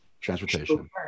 transportation